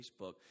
Facebook